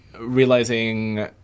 realizing